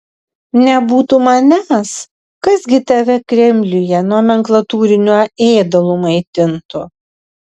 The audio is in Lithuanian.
nebūtų manęs kas gi tave kremliuje nomenklatūriniu ėdalu maitintų